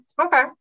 okay